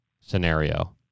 scenario